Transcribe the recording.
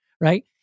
Right